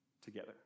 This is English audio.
together